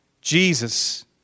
Jesus